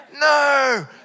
No